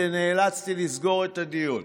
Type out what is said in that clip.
ונאלצתי לסגור את הדיון.